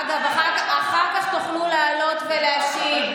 אגב, אחר כך תוכלו לעלות ולהשיב.